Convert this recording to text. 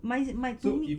my my